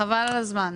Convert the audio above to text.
חבל על הזמן.